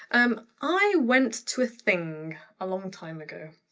um i went to a thing a long time ago.